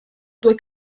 due